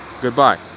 Goodbye